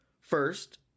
First